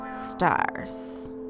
stars